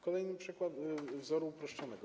Kolejny przykład wzoru uproszczonego.